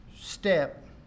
step